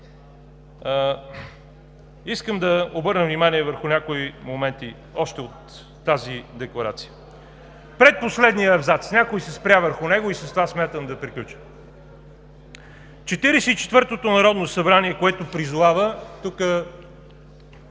искам да обърна внимание върху някои моменти още от тази декларация. Предпоследният абзац, някой се спря върху него и с това смятам да приключа: Четиридесет и четвъртото народно събрание, което „призовава“, тук,